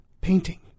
painting